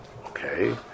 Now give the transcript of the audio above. Okay